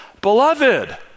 Beloved